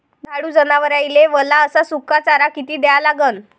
दुधाळू जनावराइले वला अस सुका चारा किती द्या लागन?